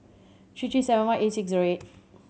three three seven one eight six zero eight